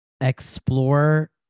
Explore